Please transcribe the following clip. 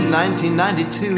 1992